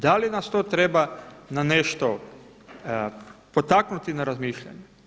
Da li nas to treba na nešto potaknuti na razmišljanje?